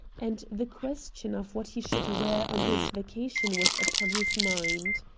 and the question of what he should wear on his vacation was upon his mind.